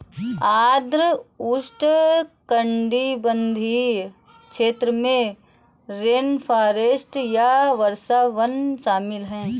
आर्द्र उष्णकटिबंधीय क्षेत्र में रेनफॉरेस्ट या वर्षावन शामिल हैं